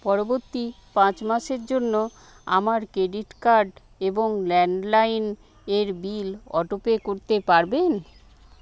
পরবর্তী পাঁচ মাসের জন্য আমার ক্রেডিট কার্ড এবং ল্যান্ডলাইন এর বিল অটোপে করতে পারবেন